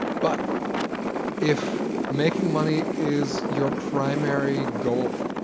but if making money is your primary goal,